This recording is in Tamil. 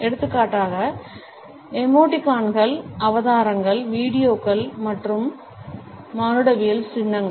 எடுத்துக்காட்டாக எமோடிகான்கள் அவதாரங்கள் வீடியோக்கள் மற்றும் மானுடவியல் சின்னங்கள்